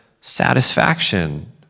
satisfaction